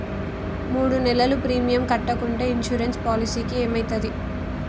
మూడు నెలలు ప్రీమియం కట్టకుంటే ఇన్సూరెన్స్ పాలసీకి ఏమైతది?